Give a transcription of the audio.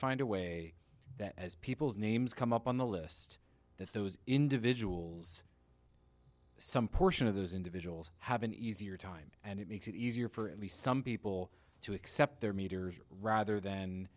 find a way that as people's names come up on the list that those individuals some portion of those individuals have an easier time and it makes it easier for at least some people to accept their meters rather than